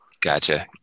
Gotcha